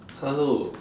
hello